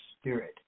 spirit